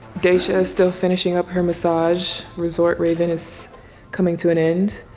daisha is still finishing up her massage resort. raven is coming to an end,